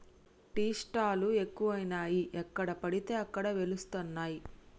tea stall లు ఎక్కువయినాయి ఎక్కడ పడితే అక్కడ వెలుస్తానయ్